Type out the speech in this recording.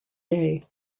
day